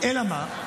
אלא מה?